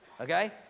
okay